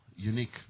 unique